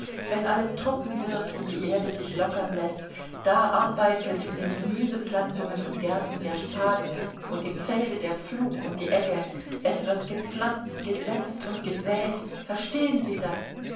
wenn alles trocken wird und die erde sich lockern läßt da arbeitet in den gemüsepflanzungen und gärten der spaten und im felde der pflug und die egge es wird gepflanzt gesetzt und gesät verstehen sie das